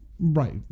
Right